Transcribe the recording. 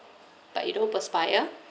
but you don't perspire